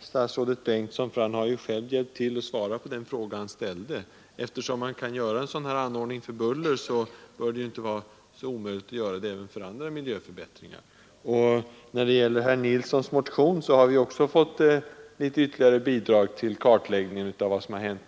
statsrådet Bengtsson, för han har ju själv hjälpt till att svara på den fråga han ställde. Eftersom man kan göra en sådan här anordning när det gäller åtgärder mot buller, bör det inte vara omöjligt att göra det även när det gäller andra miljöförbättringar. När det gäller herr Nilssons i Växjö motion har vi också fått litet ytterligare bidrag till kartläggningen av vad som hänt.